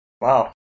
Wow